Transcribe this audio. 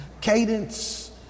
Cadence